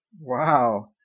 Wow